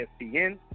ESPN